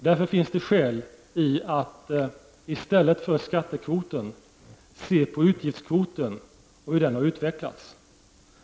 Därför finns det skäl att i stället för att se på skattekvoten se på utgiftskvoten och hur den har utvecklats.